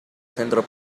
centro